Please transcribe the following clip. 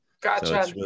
Gotcha